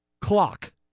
clock